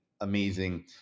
amazing